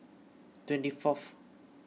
twenty fourth